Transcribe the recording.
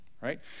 right